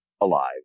alive